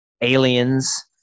Aliens